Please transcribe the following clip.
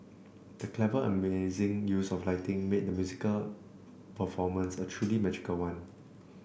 the clever and amazing use of lighting made the musical performance a truly magical one